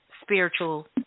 spiritual